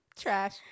trash